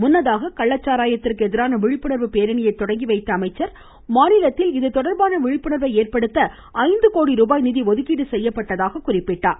முன்னதாக கள்ளச்சாராயத்திற்கு எதிரான விழிப்புணர்வு பேரணியை தொடங்கி வைத்த அமைச்சர் மாநிலத்தில் இதுதொடர்பான விழிப்புணர்வை ஏற்படுத்த இஜந்து கோடி ரூபாய் நிதி ஒதுக்கீடு செய்யப்பட்டுள்ளதாக குறிப்பிட்டார்